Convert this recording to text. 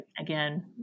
Again